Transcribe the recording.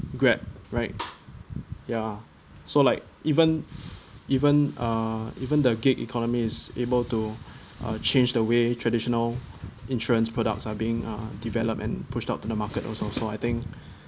grab right ya so like even even uh even the gig economy is able to uh change the way traditional insurance products are being uh developed and pushed out to the market also so I think